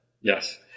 Yes